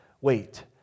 Wait